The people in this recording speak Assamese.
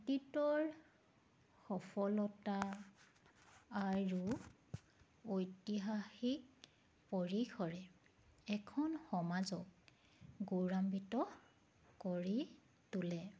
অতীতৰ সফলতা আৰু ঐতিহাসিক পৰিসৰে এখন সমাজক গৌৰাম্বিত কৰি তোলে